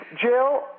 Jill